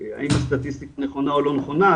האם זה סטטיסטיקה נכונה, או לא נכונה?